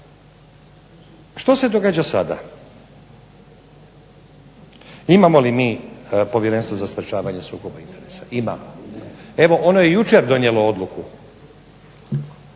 Što se događa sada? Imamo mi li Povjerenstvo za sprečavanje sukoba interesa? Imamo. Evo ono je jučer donijelo odluku